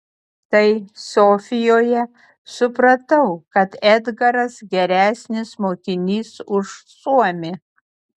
tai sofijoje supratau kad edgaras geresnis mokinys už suomį